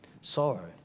sorrow